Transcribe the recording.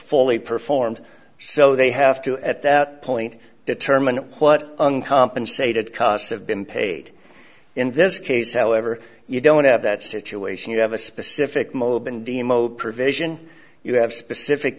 fully performed so they have to at that point determine what uncompensated costs have been paid in this case however you don't have that situation you have a specific mobeen d mo provision you have specific